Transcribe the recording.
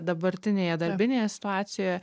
dabartinėje darbinėje situacijoje